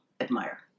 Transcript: admire